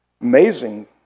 Amazing